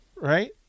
right